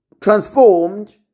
transformed